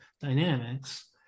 dynamics